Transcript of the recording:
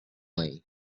way